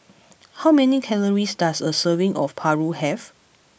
how many calories does a serving of Paru have